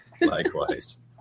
likewise